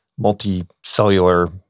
multicellular